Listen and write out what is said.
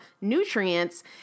nutrients